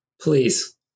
Please